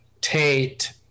tate